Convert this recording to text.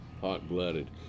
Hot-Blooded